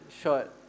short